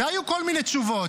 היו כל מיני תשובות.